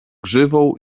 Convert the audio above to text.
grzywą